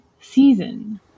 season